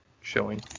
showing